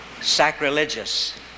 sacrilegious